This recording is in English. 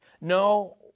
No